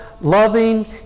loving